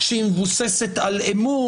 שהיא מבוססת על אמון,